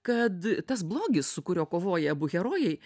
kad tas blogis su kuriuo kovoja abu herojai